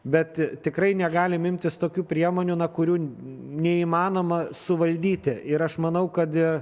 bet tikrai negalim imtis tokių priemonių na kurių neįmanoma suvaldyti ir aš manau kad